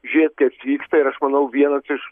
žiūrėt kas vyksta ir aš manau vienas iš